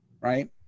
right